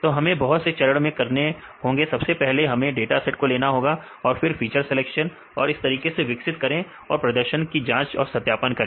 तो हमें बहुत से चरण मैं करने होंगे सबसे पहले हमें डाटासेट को लेना होगा और फिर फीचर सिलेक्शन और तरीके को विकसित करें और प्रदर्शन को जांचे और सत्यापन करें